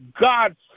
God